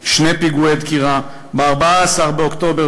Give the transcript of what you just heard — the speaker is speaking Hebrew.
פיגוע, ב-11 באוקטובר,